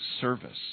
service